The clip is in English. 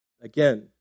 Again